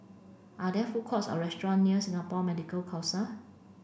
are there food courts or restaurant near Singapore Medical Council